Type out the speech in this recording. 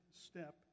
step